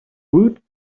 woot